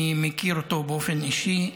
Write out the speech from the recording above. אני מכיר אותו באופן אישי,